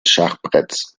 schachbretts